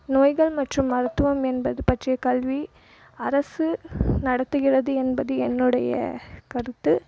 நோய்கள் மற்றும் மருத்துவம் என்பது பற்றிய கல்வி அரசு நடத்துகிறது என்பது என்னுடைய கருத்து